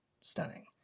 stunning